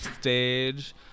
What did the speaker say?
stage